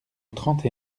trente